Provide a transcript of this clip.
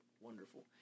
wonderful